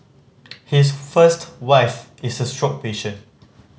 his first wife is a stroke patient